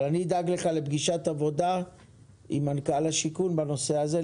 אני אדאג לך לפגישת עבודה עם מנכ"ל השיכון בנושא הזה.